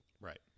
Right